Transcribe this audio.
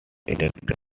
elected